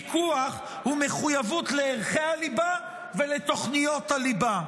פיקוח ומחויבות לערכי הליבה ולתוכניות הליבה.